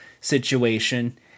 situation